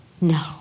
no